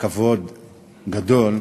כבוד גדול,